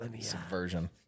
subversion